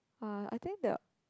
uh I think they'll